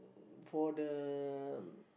for the